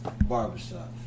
Barbershop